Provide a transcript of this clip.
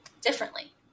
differently